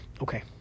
Okay